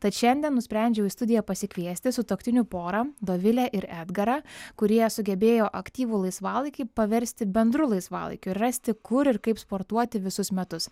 tad šiandien nusprendžiau į studiją pasikviesti sutuoktinių porą dovilę ir edgarą kurie sugebėjo aktyvų laisvalaikį paversti bendru laisvalaikiu rasti kur ir kaip sportuoti visus metus